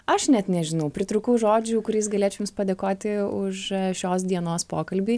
aš net nežinau pritrūkau žodžių kuriais galėčiau jums padėkoti už šios dienos pokalbį